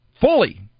fully